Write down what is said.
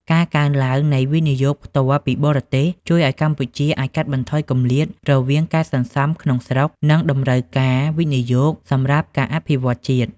ការកើនឡើងនៃ វិនិយោគផ្ទាល់ពីបរទេស ជួយឱ្យកម្ពុជាអាចកាត់បន្ថយគម្លាតរវាងការសន្សំក្នុងស្រុក និងតម្រូវការវិនិយោគសម្រាប់ការអភិវឌ្ឍជាតិ។